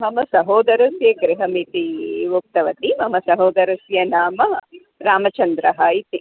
मम सहोदरस्य गृहमिति उक्तवती मम सहोदरस्य नाम रामचन्द्रः इति